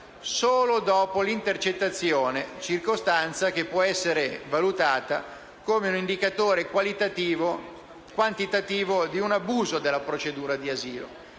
solo dopo l'intercettazione, circostanza che può essere valutata come un indicatore quantitativo di un abuso della procedura di asilo.